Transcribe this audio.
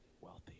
wealthy